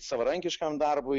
savarankiškam darbui